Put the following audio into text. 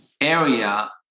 area